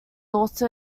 also